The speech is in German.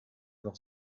noch